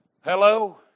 Hello